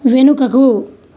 వెనుకకు